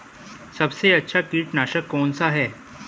सबसे अच्छा कीटनाशक कौन सा है?